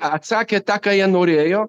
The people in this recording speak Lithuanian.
atsakė tą ką jie norėjo